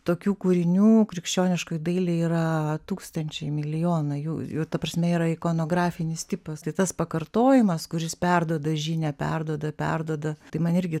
tokių kūrinių krikščioniškoj dailėj yra tūkstančiai milijonai jų ta prasme yra ikonografinis tipas tai tas pakartojimas kuris perduoda žinią perduoda perduoda tai man irgi